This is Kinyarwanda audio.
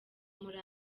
muri